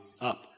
up